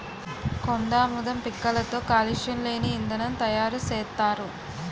కొండాముదం పిక్కలతో కాలుష్యం లేని ఇంధనం తయారు సేత్తారు